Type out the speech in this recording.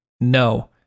No